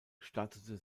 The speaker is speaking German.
startete